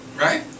Right